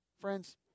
Friends